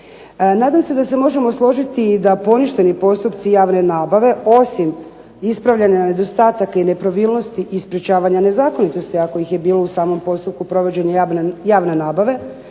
Nadam se da se možemo složiti da poništeni postupci javne nabave osim ispravljanja nedostataka i nepravilnosti i sprečavanja nezakonitosti ako ih je bilo u samom postupku provođenja javne nabave,